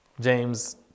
James